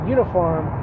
Uniform